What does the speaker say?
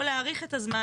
או להאריך את הזמן,